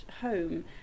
home